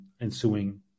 ensuing